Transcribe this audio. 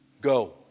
Go